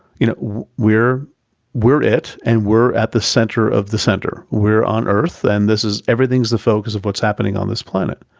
you know, we're we're it, and we're at the center of the center. we're on earth, and this is, everything is the focus of what's happening on this planet.